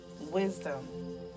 wisdom